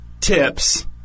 tips